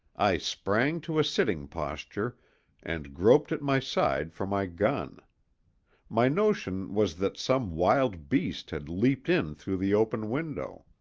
i sprang to a sitting posture and groped at my side for my gun my notion was that some wild beast had leaped in through the open window.